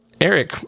Eric